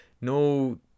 No